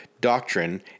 doctrine